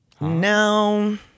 No